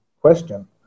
question